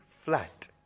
flat